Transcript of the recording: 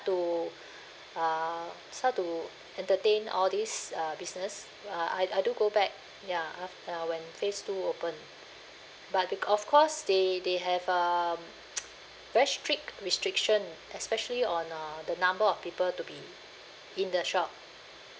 to uh start to entertain all these uh business uh I I do go back ya af~ uh when phase two open but of course they they have um very strict restriction especially on uh the number of people to be in the shop